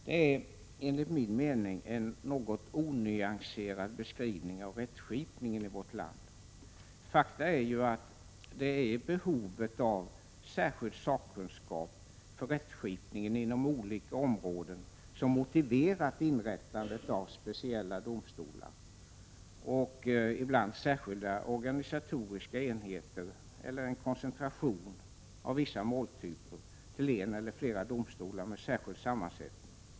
Det är enligt min mening en något onyanserad beskrivning av rättsskipningen i vårt land. Faktum är ju att det är behovet av särskild sakkunskap för rättsskipningen inom olika områden som motiverat inrättandet av speciella domstolar och särskilda organisatoriska enheter eller en koncentration av vissa måltyper till en eller flera domstolar med särskild sammansättning.